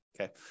okay